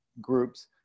groups